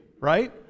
Right